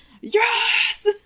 yes